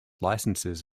licenses